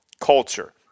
culture